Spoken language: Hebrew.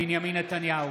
בנימין נתניהו,